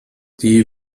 die